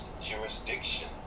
jurisdiction